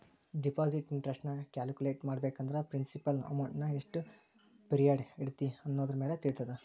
deposit interest ನ calculate ಮಾಡ್ಬೇಕಂದ್ರ principal ಅಮೌಂಟ್ನಾ ಎಷ್ಟ್ ಪಿರಿಯಡ್ ಇಡತಿ ಅನ್ನೋದರಮ್ಯಾಲೆ ತಿಳಿತದ